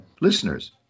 Listeners